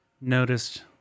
Noticed